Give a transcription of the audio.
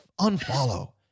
unfollow